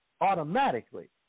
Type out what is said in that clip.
Automatically